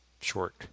short